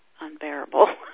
unbearable